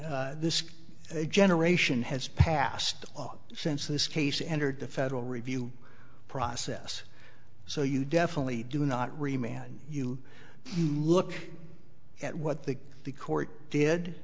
this generation has passed since this case entered the federal review process so you definitely do not remain and you look at what the the court did